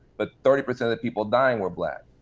but thirty percent of the people dying were black.